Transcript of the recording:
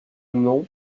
nom